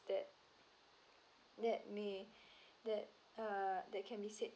that that may that uh that can be said